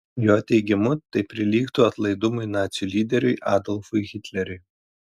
jo teigimu tai prilygtų atlaidumui nacių lyderiui adolfui hitleriui